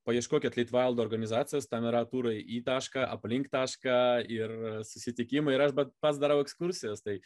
paieškokit litvaldo organizacijosten yra turai į tašką aplink tašką ir susitikimą ir aš pats darau ekskursijas tai